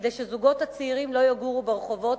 כדי שהזוגות הצעירים לא יגורו ברחובות,